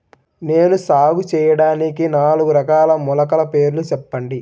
నేను సాగు చేయటానికి నాలుగు రకాల మొలకల పేర్లు చెప్పండి?